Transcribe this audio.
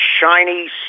shiny